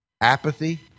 apathy